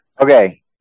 okay